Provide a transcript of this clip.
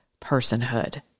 personhood